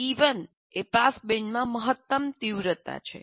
e1 એ પાસબેન્ડમાં મહત્તમ તીવ્રતા છે